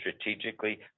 strategically